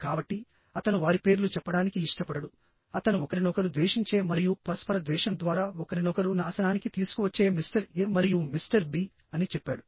కాబట్టి అతను వారి పేర్లు చెప్పడానికి ఇష్టపడడు అతను ఒకరినొకరు ద్వేషించే మరియు పరస్పర ద్వేషం ద్వారా ఒకరినొకరు నాశనానికి తీసుకువచ్చే మిస్టర్ ఎ మరియు మిస్టర్ బి అని చెప్పాడు